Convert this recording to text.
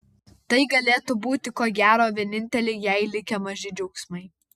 tai galėtų būti ko gero vieninteliai jai likę maži džiaugsmai